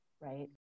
right